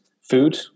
food